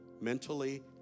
mentally